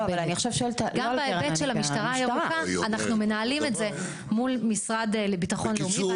גם בהיבט של המשטרה הירוקה אנחנו מנהלים את זה מול המשרד לביטחון לאומי.